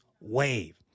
wave